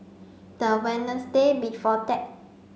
the Wednesday before that